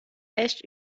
echt